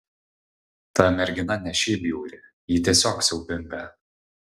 ta mergina ne šiaip bjauri ji tiesiog siaubinga